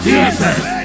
Jesus